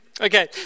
Okay